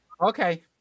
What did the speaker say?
Okay